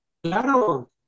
Claro